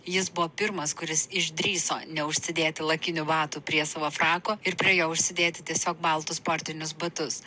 jis buvo pirmas kuris išdrįso neužsidėti lakinių batų prie savo frako ir prie jo užsidėti tiesiog baltus sportinius batus